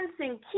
dancing